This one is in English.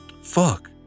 fuck